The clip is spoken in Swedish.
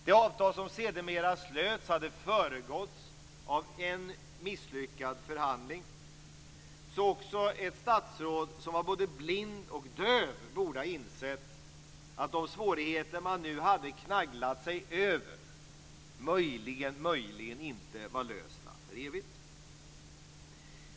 Det avtal som sedermera slöts hade föregåtts av en misslyckad förhandling, då också ett statsråd som var både blind och döv borde ha insett att de svårigheter som man hade knagglat sig över möjligen inte var lösta för evigt.